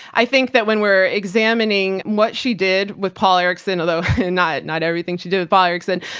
i think that when we're examining what she did with paul erickson, although not not everything she did with paul erickson,